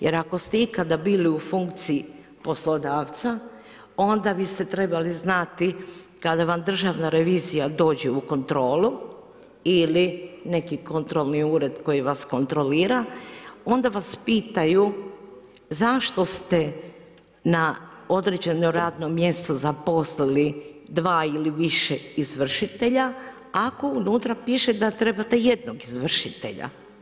Jer ako ste ikada bili u funkciji poslodavca, onda biste trebali znati kada vam Državna revizija dođe u kontrolu ili neki kontrolni ured koji vas kontrolira, onda vas pitaju zašto ste na određeno radno mjesto zaposliti 2 ili više izvršitelja, ako unutra piše da trebate jednog izvršitelja?